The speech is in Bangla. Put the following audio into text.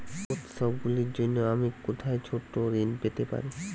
উত্সবগুলির জন্য আমি কোথায় ছোট ঋণ পেতে পারি?